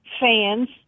fans